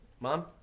Mom